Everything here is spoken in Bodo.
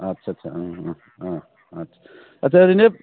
आत्सा आत्सा आत्सा आत्सा ओरैनो